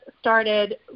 started